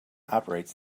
operates